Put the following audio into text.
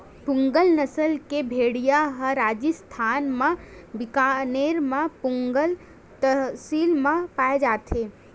पूगल नसल के भेड़िया ह राजिस्थान म बीकानेर म पुगल तहसील म पाए जाथे